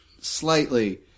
slightly